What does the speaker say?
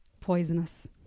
Poisonous